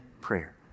prayer